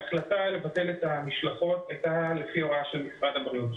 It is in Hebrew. ההחלטה לבטל את המשלחות הייתה לפי הוראה של משרד הבריאות.